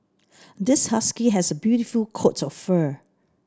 this husky has a beautiful coat of fur